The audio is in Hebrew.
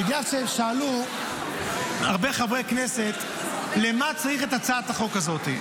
בגלל ששאלו הרבה חברי כנסת למה צריך את הצעת החוק הזאת,